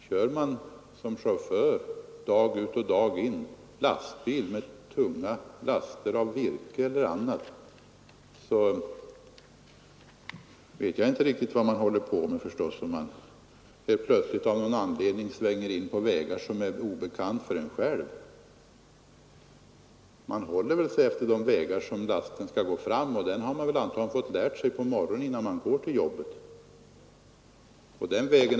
Kör man dag ut och dag in lastbil med tunga laster av virke eller annat vet jag inte riktigt vad man håller på med om man helt plötsligt svänger in på vägar som är obekanta för en själv. Man håller sig väl efter de vägar där lasten skall gå fram, och dem har man antagligen fått lära sig på morgonen, innan man börjar körningen.